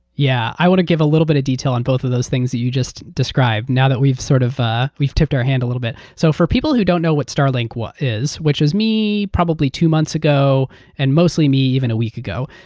yeah i want to give a little bit of detail on both of those things that you just described now that we've sort of ah we've tipped our hand a little bit. so for people who don't know what starlink is, which is me probably two months ago and mostly me even a week ago,